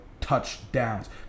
touchdowns